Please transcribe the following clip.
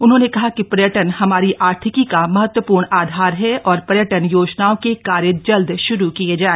उन्होंने कहा कि पर्यटन हमारी आर्थिकी का महत्वपूर्ण आधार है और पर्यटन योजनाओं के कार्य जल्द श्रू किये जाए